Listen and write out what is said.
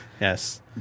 Yes